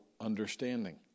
understanding